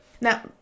Now